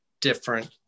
different